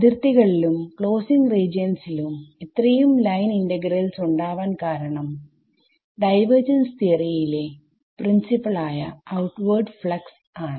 അതിർത്തികളിലും closing റീജിയൻസിലും ഇത്രയും line ഇന്റഗ്രൽസ്ഉണ്ടാവാൻ കാരണം ഡൈവർജൻസ് തിയറിയിലെ പ്രിൻസിപിൾ ആയ ഔട്ട്വേർഡ് ഫ്ലക്സ് ആണ്